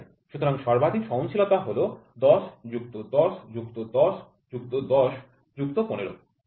সুতরাং সর্বাধিক সহনশীলতা হল ১০ যুক্ত ১০ যুক্ত ১০ যুক্ত ১০ যুক্ত ১৫ ঠিক আছে